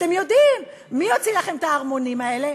אתם יודעים מי יוציא לכם את הערמונים האלה?